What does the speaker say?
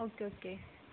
okay okay